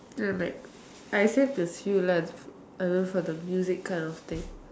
I'm like I same as you lah I know for the music kind of thing